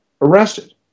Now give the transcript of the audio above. arrested